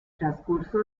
transcurso